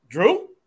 Drew